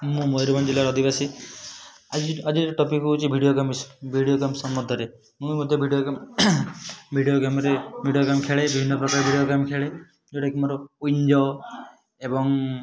ମୁଁ ମୟୁରଭଞ୍ଜ ଜିଲ୍ଲାର ଅଧିବାସୀ ଆଜି ଆଜିର ଟପିକ୍ ହେଉଛି ଭିଡ଼ିଓ ଗେମ୍ ଭିଡ଼ିଓ ଗେମ୍ ସମ୍ୱନ୍ଧରେ ମୁଁ ମଧ୍ୟ ଭିଡ଼ିଓ ଗେମ୍ ଭିଡ଼ିଓ ଗେମ୍ରେ ଭିଡ଼ିଓ ଗେମ୍ ଖେଳେ ବିଭିନ୍ନ ପ୍ରକାର ଭିଡ଼ିଓ ଗେମ୍ ଖେଳେ ଯେଉଁଟା କି ମୋର ୱିଞ୍ଜୋ ଏବଂ